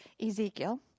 Ezekiel